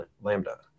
Lambda